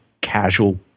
casual